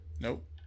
Nope